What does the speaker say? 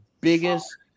biggest